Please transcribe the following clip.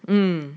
mm